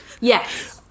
Yes